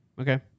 Okay